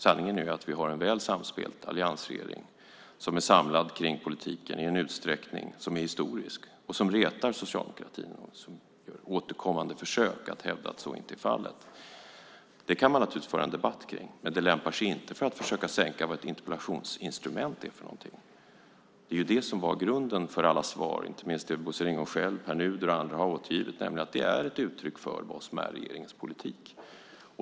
Sanningen är att vi har en väl samspelt alliansregering som är samlad kring politiken i en utsträckning som är historisk och som retar socialdemokratin som gör återkommande försök att hävda att så inte är fallet. Det kan man naturligtvis föra en debatt kring, men det lämpar sig inte för att försöka sänka vad ett interpellationsinstrument är för något. Det är det som var grunden för alla svar, inte minst de Bosse Ringholm själv, Pär Nuder och andra har återgivit, nämligen att det är ett uttryck för vad som är regeringens politik.